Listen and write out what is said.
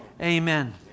amen